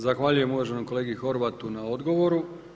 Zahvaljujem uvaženom kolegi Horvatu na odgovoru.